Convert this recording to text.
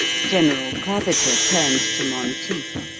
general claviger turned to monteith.